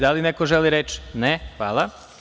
Da li neko želi reč? (Ne.) Hvala.